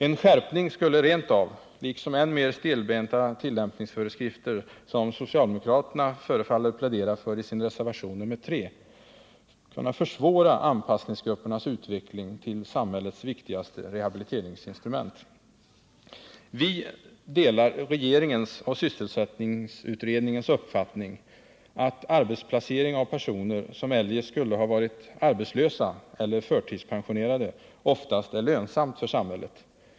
En skärpning skulle rent av — liksom än mer stelbenta tillämpningsföreskrifter, som socialdemokraterna förefaller plädera för i sin reservation nr 3 — kunna försvåra anpassningsgruppernas utveckling till samhällets viktigaste rehabiliteringsinstrument. Vi delar regeringens och sysselsättningsutredningens uppfattning att arbetsplacering av personer som eljest skulle ha varit arbetslösa eller förtidspensionerade ofta är lönsam för samhället.